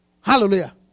Hallelujah